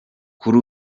kuri